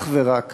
אך ורק